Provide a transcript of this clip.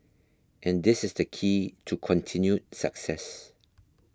and this is the key to continued success